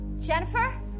Jennifer